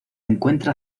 encuentra